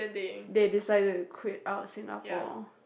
they decided to quit out of Singapore